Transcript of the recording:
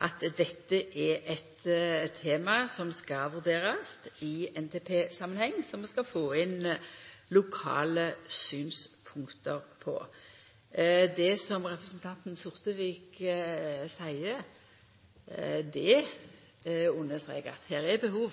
at dette er eit tema som skal vurderast i NTP-samanheng, som vi skal få inn lokale synspunkt på. Det som representanten Sortevik seier, understrekar at det er behov